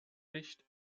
nicht